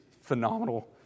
phenomenal